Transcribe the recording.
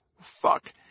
Fuck